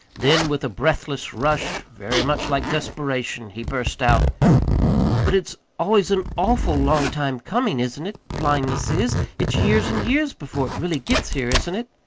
then, with a breathless rush, very much like desperation, he burst out but it's always an awful long time comin', isn't it? blindness is. it's years and years before it really gets here, isn't it?